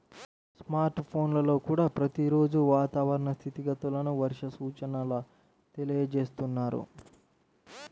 smart ఫోన్లల్లో కూడా ప్రతి రోజూ వాతావరణ స్థితిగతులను, వర్ష సూచనల తెలియజేస్తున్నారు